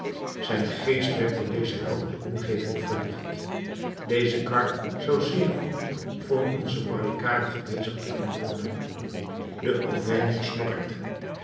zijn geest werd door deze heldere ingeving verlicht deze kar zou zeer goed voor onze barricade gebezigd kunnen worden de auvergner snorkte